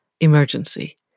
emergency